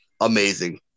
amazing